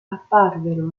apparvero